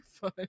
fun